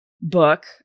book